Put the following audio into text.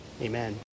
amen